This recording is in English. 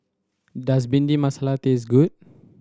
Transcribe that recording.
does Bhindi Masala taste good